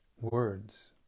words